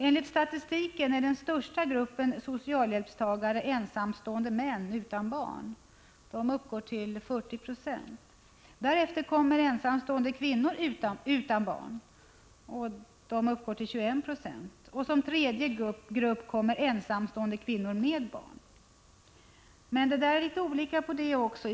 Enligt statistiken är den största gruppen socialhjälpstagare ensamstående män utan barn. Den gruppen utgör 40 96 av socialhjälpstagarna. Därefter kommer ensamstående kvinnor utan barn, som utgör 21 96, och som tredje grupp kommer ensamstående kvinnor med barn. Men det är litet olika där också.